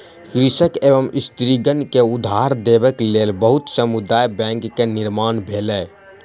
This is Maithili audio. कृषक एवं स्त्रीगण के उधार देबक लेल बहुत समुदाय बैंक के निर्माण भेलै